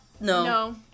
No